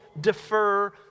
defer